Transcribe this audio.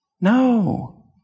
No